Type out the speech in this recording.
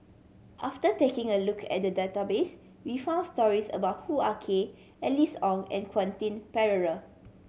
after taking a look at the database we found stories about Hoo Ah Kay Alice Ong and Quentin Pereira